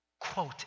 quote